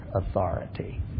authority